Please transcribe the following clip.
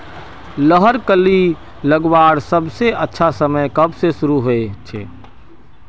लहर कली लगवार सबसे अच्छा समय कब से शुरू होचए?